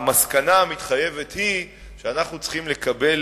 המסקנה המתחייבת היא שאנחנו צריכים לקבל